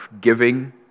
giving